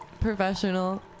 professional